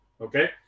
Okay